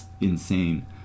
insane